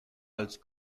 als